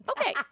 Okay